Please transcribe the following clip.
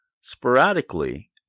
sporadically